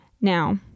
Now